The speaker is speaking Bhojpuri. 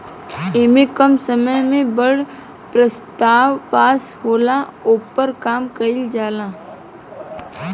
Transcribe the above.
ऐमे कम समय मे बड़ प्रस्ताव पास होला, ओपर काम कइल जाला